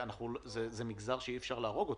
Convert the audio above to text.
זה מגזר שאי אפשר להרוג אותו.